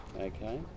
okay